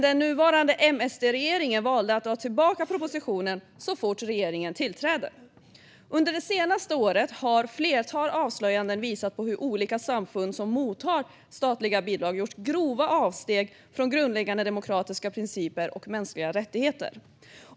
Den nuvarande M-SD-regeringen valde att dra tillbaka propositionen så fort den tillträtt. Under det senaste året har ett flertal avslöjanden visat hur olika samfund som mottar statliga bidrag gjort grova avsteg från grundläggande demokratiska principer och mänskliga rättigheter.